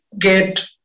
get